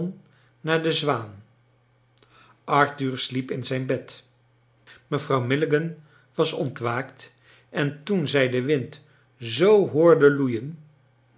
naar de zwaan arthur sliep in zijn bed mevrouw milligan was ontwaakt en toen zij den wind zoo hoorde loeien